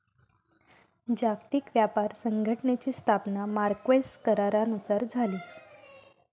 जागतिक व्यापार संघटनेची स्थापना मार्क्वेस करारानुसार झाली